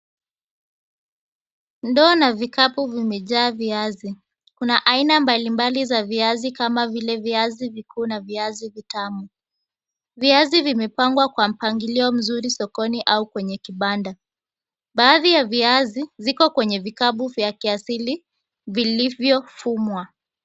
Ndoo na vikapu vimejaa viazi. Kuna aina mbalimbali za viazi kama vile viazi vikuu na viazi vitamu. Viazi vimepangwa kwa mpangilio mzuri sokoni au kwenye kibanda. Baadhi ya viazi ziko kwenye vikapu vya kiasili vilivyofumwa.